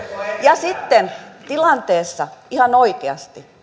ja sitten tilanteessa ihan oikeasti